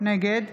נגד